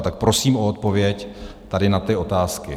Tak prosím o odpověď tady na ty otázky.